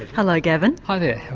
hello gavin. hi there,